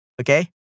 Okay